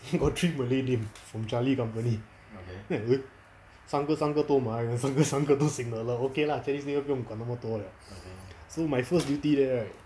got three malay name from charlie company then I 三个三个都马来人三个三个都 signaller okay lah chinese new year 不用管那么多 liao so my first duty there right